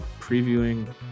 previewing